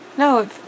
No